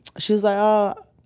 she was like, oh,